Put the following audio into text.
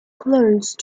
close